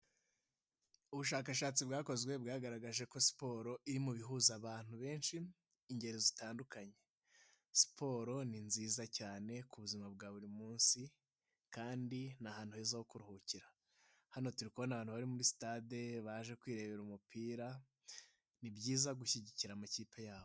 Ubushakashatsi bwakozwe bwagaragaje ko siporo iri mu bihuza abantu benshi ingeri zitandukanye. Siporo ni nziza cyane ku buzima bwa buri munsi, kandi ni ahantu heza ho kuruhukira hano turi kubona abantu bari muri sitade baje kwirebera umupira, ni byiza gushyigikira amakipe yabo.